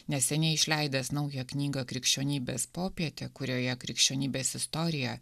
neseniai išleidęs naują knygą krikščionybės popietė kurioje krikščionybės istoriją